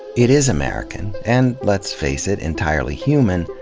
it is american, and let's face it, entirely human,